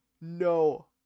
no